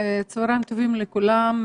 צהריים טובים לכולם.